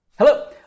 Hello